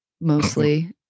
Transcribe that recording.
mostly